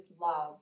love